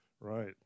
Right